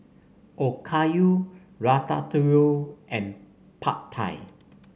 Okayu Ratatouille and Pad Thai